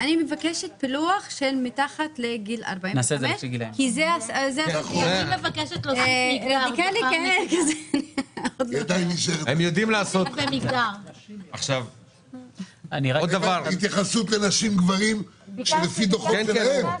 אני מבקשת פילוח של מתחת לגיל 45. התייחסות לנשים-גברים שלפי דוחות שלהם.